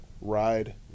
ride